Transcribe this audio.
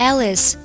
Alice